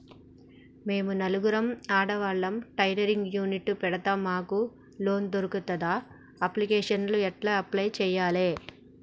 మేము నలుగురం ఆడవాళ్ళం టైలరింగ్ యూనిట్ పెడతం మాకు లోన్ దొర్కుతదా? అప్లికేషన్లను ఎట్ల అప్లయ్ చేయాలే?